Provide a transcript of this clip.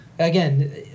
Again